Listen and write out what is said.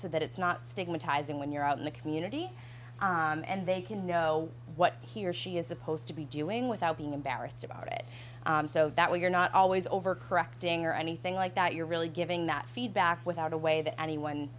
so that it's not stigmatizing when you're out in the community and they can know what he or she is supposed to be doing without being embarrassed about it so that we're not always over correcting or anything like that you're really giving that feedback without a way that anyone